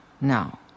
now